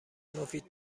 مفید